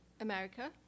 America